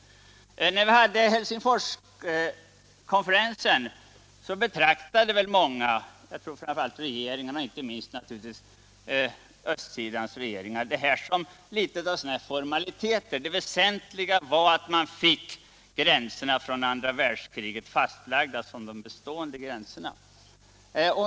Många betraktade väl Helsingforskonferensens ord om friheter som litet av en formalitet — inte minst naturligtvis östsidans regeringar. Det väsentliga för dem var att de fick gränserna från andra världskriget fastlagda som de bestående gränserna.